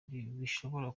bishobora